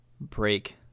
break